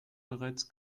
bereits